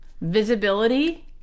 Visibility